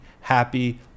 happy